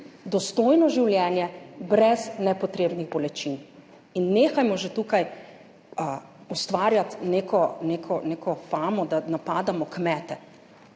dostojno življenje brez nepotrebnih bolečin in nehajmo že tukaj ustvarjati neko famo, da napadamo kmete.